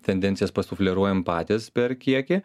tendencijas pasufleruojam patys per kiekį